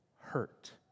hurt